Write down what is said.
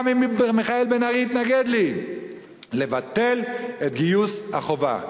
גם אם מיכאל בן-ארי יתנגד לי: לבטל את גיוס החובה.